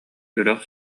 үрэх